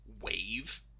wave